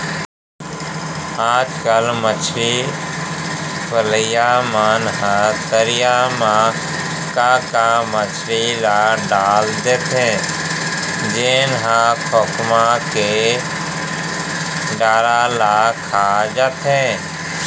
आजकल मछरी पलइया मन ह तरिया म का का मछरी ल डाल देथे जेन ह खोखमा के डारा ल खा जाथे